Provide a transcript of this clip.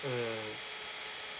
mm